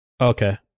Okay